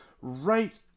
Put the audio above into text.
right